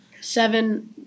seven